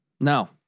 No